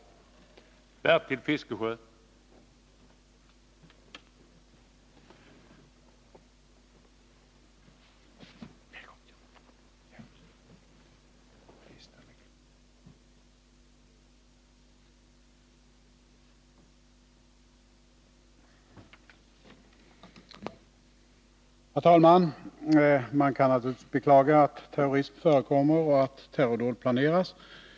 20 maj 1981